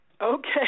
Okay